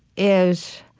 is,